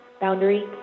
Boundary